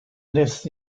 nests